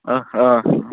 अ अ